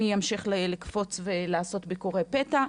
אני אמשיך לקפוץ לערוך ביקורי פתע,